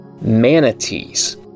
manatees